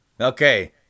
Okay